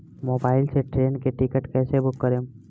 Mobile से train के ticket कैसे बूक करेम?